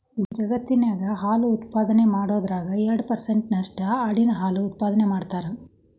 ಜಗತ್ತಿನ್ಯಾಗ ಹಾಲು ಉತ್ಪಾದನೆ ಮಾಡೋದ್ರಾಗ ಎರಡ್ ಪರ್ಸೆಂಟ್ ನಷ್ಟು ಆಡಿನ ಹಾಲು ಉತ್ಪಾದನೆ ಮಾಡ್ತಾರ